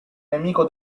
nemico